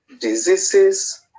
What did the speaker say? diseases